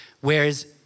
whereas